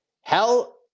Hell